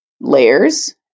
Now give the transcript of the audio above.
layers